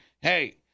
Hey